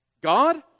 God